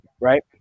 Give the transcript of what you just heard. right